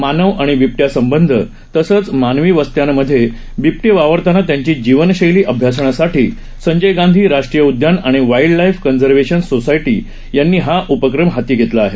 मानव आणि बिब या संबंध तसंच मानवी वस्त्यांमध्ये बिबो वावरताना त्यांची जीवनशैली अभ्यासण्यासाठी संजय गांधी राष्ट्रीय उदयान आणि wildlife conservation society यांनी हा उपक्रम हाती घेतला आहे